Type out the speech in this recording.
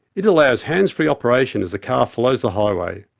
it allows hands-free operation as the car follows the highway.